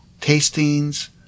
tastings